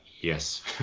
Yes